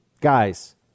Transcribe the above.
guys